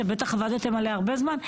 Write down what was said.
שבטח עבדתם עליה הרבה זמן,